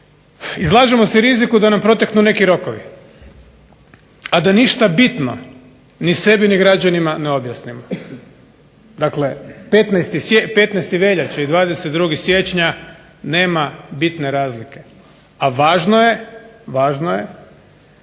izlažemo se riziku da nam proteknu neki rokovi, a da ništa bitno ni sebi ni građanima ne objasnimo. Dakle 15. veljače i 22. siječnja nema bitne razlike, a važno je da počnemo